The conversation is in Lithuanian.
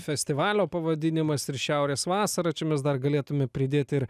festivalio pavadinimas ir šiaurės vasarą čia mes dar galėtume pridėt ir